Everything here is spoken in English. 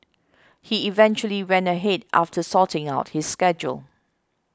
he eventually went ahead after sorting out his schedule